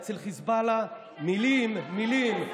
אצל חיזבאללה: מילים, מילים.